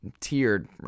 tiered